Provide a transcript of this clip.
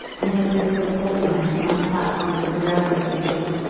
and had been so cold to him on the platform of the railway station,